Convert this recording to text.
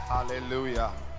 Hallelujah